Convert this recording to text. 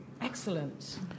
Excellent